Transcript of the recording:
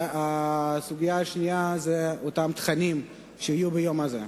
הסוגיה השנייה, התכנים שיהיו ביום הזה.